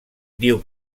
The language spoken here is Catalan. diu